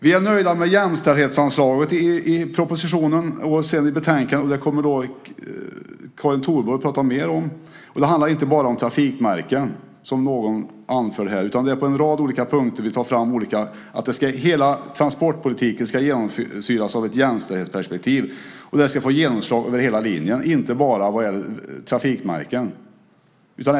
Vi är nöjda med jämställdhetsanslaget i propositionen och i betänkandet, och det kommer Karin Thorborg att prata mer om. Det handlar inte bara om trafikmärken, som någon anför här, utan hela transportpolitiken ska genomsyras av ett jämställdhetsperspektiv som ska få genomslag över hela linjen, inte bara vad gäller trafikmärken.